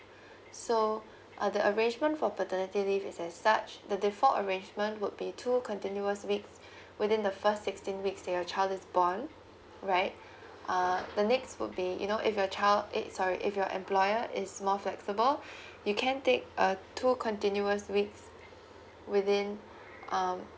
so uh the arrangement for paternity leave is as such the default arrangement would be two continuous weeks within the first sixteen weeks your child is born right err the next would be you know if your child eh sorry if your employer is more flexible you can take a two continuous weeks within um